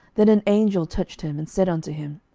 then an angel touched him, and said unto him,